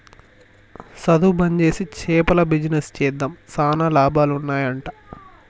సధువు బంజేసి చేపల బిజినెస్ చేద్దాం చాలా లాభాలు ఉన్నాయ్ అంట